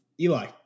Eli